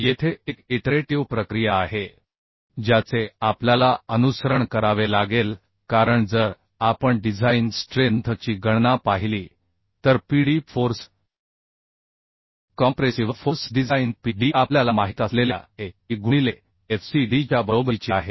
येथे एक इटरेटिव प्रक्रिया आहे ज्याचे आपल्याला अनुसरण करावे लागेल कारण जर आपण डिझाइन स्ट्रेंथ ची गणना पाहिली तर Pd force compressive force design P D आपल्याला माहित असलेल्या A e गुणिले F c d च्या बरोबरीची आहे